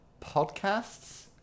Podcasts